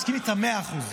מסכים איתה במאה אחוז.